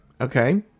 Okay